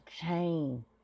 chain